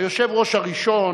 היושב-ראש הראשון,